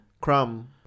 Crumb